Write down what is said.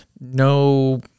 no